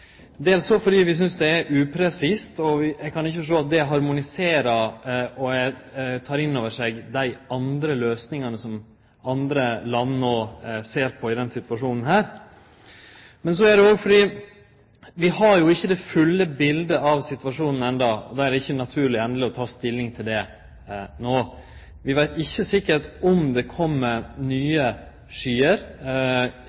dels fordi vi synest det er upresist. Og eg kan ikkje forstå at det harmoniserer og tek inn over seg dei andre løysingane, som andre land no ser på i denne situasjonen. Men det er òg fordi vi ikkje har det fulle biletet av situasjonen enno, og då er det ikkje naturleg å ta endeleg stilling til det no. Vi veit ikkje sikkert om det